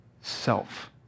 self